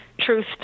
truth